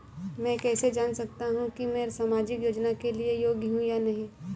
मैं कैसे जान सकता हूँ कि मैं सामाजिक योजना के लिए योग्य हूँ या नहीं?